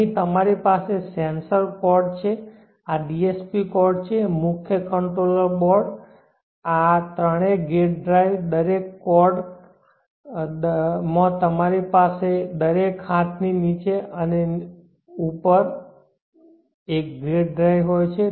અહીં તમારી પાસે સેન્સર કોર્ડ છે આ DSP બોર્ડ છે મુખ્ય કંટ્રોલર બોર્ડ આ ત્રણેય ગેટ ડ્રાઇવ છે દરેક કોર્ડ cord માં તમારી પાસે દરેક હાથની નીચે અને નીચે ગેટ ડ્રાઇવ હોય છે